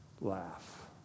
laugh